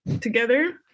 together